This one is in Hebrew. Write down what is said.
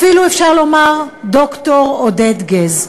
אפילו אפשר לומר ד"ר עודד גז.